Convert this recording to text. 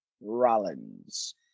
Rollins